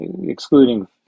excluding